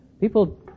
People